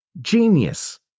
genius